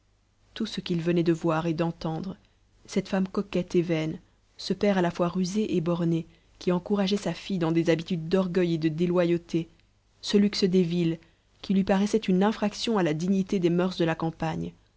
tout ce qu'il venait de voir et d'entendre cette femme coquette et vaine ce père à la fois rusé et borné qui encourageait sa fille dans des habitudes d'orgueil et de déloyauté ce luxe des villes qui lui paraissait une infraction à la dignité des murs de la campagne